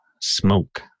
smoke